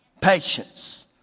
Patience